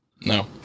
No